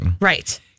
Right